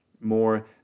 more